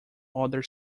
other